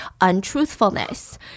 untruthfulness